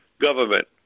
government